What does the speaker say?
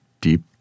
deep